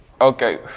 Okay